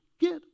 get